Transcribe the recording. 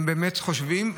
הם באמת חושבים,